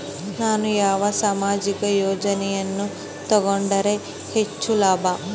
ನಾನು ಯಾವ ಸಾಮಾಜಿಕ ಯೋಜನೆಯನ್ನು ತಗೊಂಡರ ಹೆಚ್ಚು ಲಾಭ?